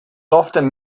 often